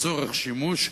לצורך שימוש,